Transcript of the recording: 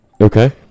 Okay